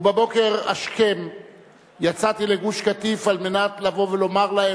ובבוקר השכם יצאתי לגוש-קטיף כדי לבוא ולומר להם,